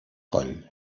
coll